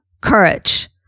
courage